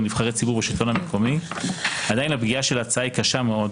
נבחרי ציבור או השלטון המקומי עדיין הפגיעה של ההצעה היא קשה מאוד